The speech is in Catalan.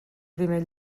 primer